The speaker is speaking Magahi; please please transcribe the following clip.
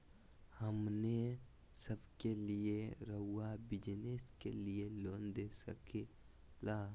हमने सब के लिए रहुआ बिजनेस के लिए लोन दे सके ला?